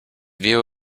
view